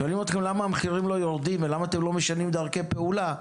שואלים אתכם למה המחירים לא יורדים ולמה אתם לא משנים דרכי פעולה,